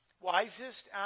wisest